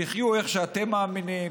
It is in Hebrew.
תחיו איך שאתם מאמינים,